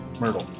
Myrtle